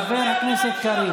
חבר הכנסת קריב,